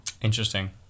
Interesting